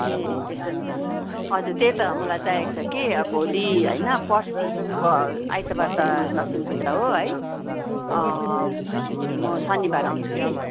ए त्यस्तो पनि छ हजुर त्यही त मलाई चाहिएको छ कि अब भोलि होइन पर्सी अब आइतबार त लक्ष्मीपूजा हो है म शनिबार आउँछु कि